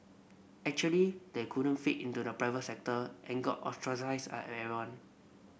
actually they couldn't fit into the private sector and got ostracised are everyone